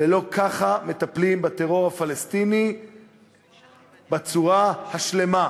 ולא ככה מטפלים בטרור הפלסטיני בצורה השלמה.